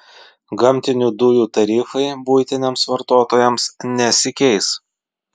gamtinių dujų tarifai buitiniams vartotojams nesikeis